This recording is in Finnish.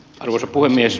arvoisa puhemies